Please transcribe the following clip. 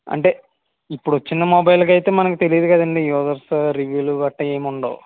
అంటే ఇప్పుడొచ్చిన మొబైల్ ఐతే మనకి తెలీదుకదండి వ్యూయర్స్ రివ్యు అట్టా ఏముండవు